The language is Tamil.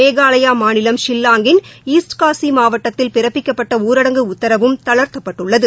மேகாலயா மாநிலம் வஷில்லாங்கின் ஈஸ்ட்காசி மாவட்டத்தில் பிறப்பிக்கப்பட்ட ஊரடங்கு உத்தரவும் தளர்த்தப்பட்டுள்ளது